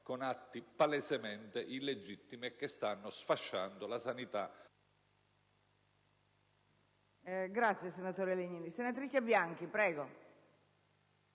con atti palesemente illegittimi e che stanno sfasciando la sanità